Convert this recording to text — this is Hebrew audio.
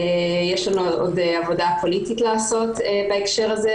יש לנו עוד עבודה פוליטית לעשות בהקשר הזה,